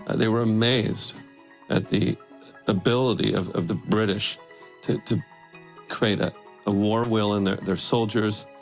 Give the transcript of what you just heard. they were amazed at the ability of of the british to to create a war will in their their soldiers,